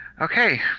Okay